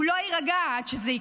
הוא לא יירגע עד שזה יקרה.